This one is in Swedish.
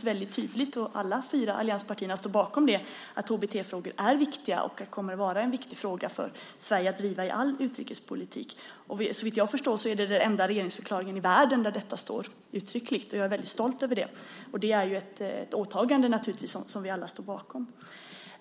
står väldigt tydligt - och alla fyra allianspartierna står bakom det - att HBT-frågor är viktiga och kommer att vara viktiga för Sverige att driva i all utrikespolitik. Såvitt jag förstår är det den enda regeringsförklaringen i världen där detta står uttryckligt. Jag är väldigt stolt över det, och det är naturligtvis ett åtagande som vi alla står bakom.